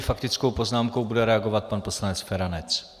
Faktickou poznámkou bude reagovat pan poslanec Feranec.